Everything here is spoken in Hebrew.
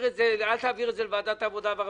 אל תעביר את זה לוועדת העבודה והרווחה,